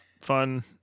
fun